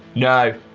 no.